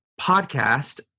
Podcast